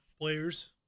players